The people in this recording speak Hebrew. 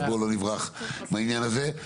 אז בואו לא נברח מהעניין הזה.